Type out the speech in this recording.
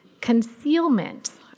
concealment